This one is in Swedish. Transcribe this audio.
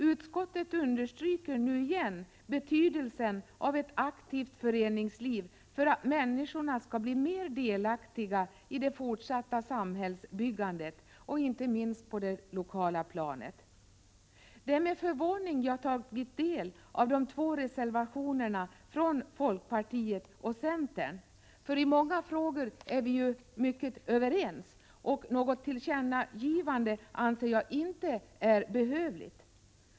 Utskottet understryker åter betydelsen av ett aktivt föreningsliv för att människorna skall bli mer delaktiga i det fortsatta samhällsbyggandet — inte minst på det lokala planet. Det är med förvåning jag tagit del av de två reservationerna från folkpartiet och centern. I många frågor är vi ju överens, och något tillkännagivande anser jag inte vara behövligt.